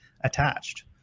attached